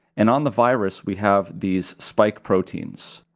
and on the virus we have these spike proteins.